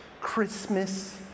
Christmas